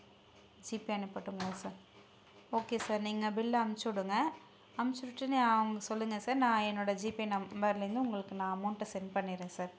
GPay அனுப்பட்டுங்களா sir okay sir நீங்கள் பில்லை அனுப்பிச்சு விடுங்க அனுப்பிச்சு விட்டுட்டு சொல்லுங்கள் சார் நான் என்னோட ஜிபே நம்பர்லேருந்து உங்களுக்கு நான் அமௌண்ட்டை சென்ட் பண்ணிடுறேன் சார்